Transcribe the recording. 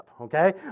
Okay